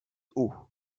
haut